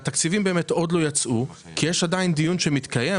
והתקציבים אכן עוד לא יצאו כי יש עדיין דיון שמתקיים.